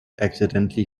accidentally